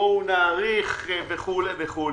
בואו נאריך וכו'.